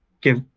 give